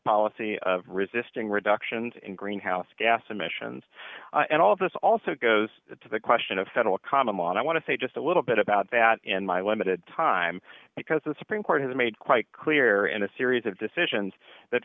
policy of resisting reductions in greenhouse gas emissions and all of this also goes to the question of federal common law and i want to say just a little bit about that in my limited time because the supreme court has made quite clear in a series of decisions that